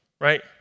right